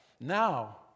Now